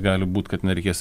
gali būt kad nereikės